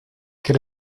quel